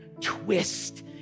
twist